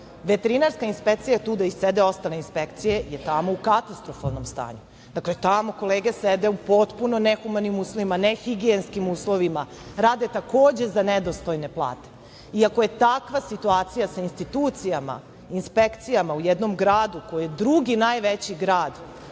Veterinarska inspekcija, tu gde sede i ostale inspekcije je tamo u katastrofalnom stanju. Dakle, tamo kolege sede u potpuno nehumanim uslovima, nehigijenskim uslovima. Rade, takođe, za nedostojne plate. I, ako je takva situacija sa institucijama, inspekcijama u jednom gradu koji je drugi najveći grad